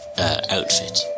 Outfit